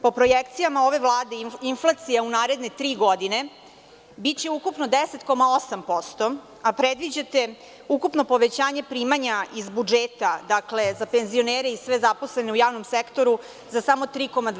Po projekcijama ove Vlade inflacija u naredne tri godine biće ukupno 10,8%, a predviđate ukupno povećanje primanja iz budžeta za penzionere i sve zaposlene u javnom sektoru za samo 3,2%